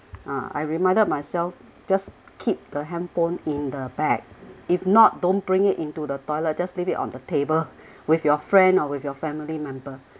uh I reminded myself just keep the handphone in the bag if not don't bring it into the toilet just leave it on the table with your friend or with your family member